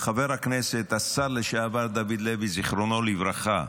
חבר הכנסת, השר לשעבר דוד לוי, זיכרונו לברכה,